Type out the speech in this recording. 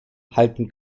halten